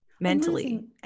mentally